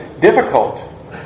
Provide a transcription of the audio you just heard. difficult